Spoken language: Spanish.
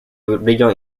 brillo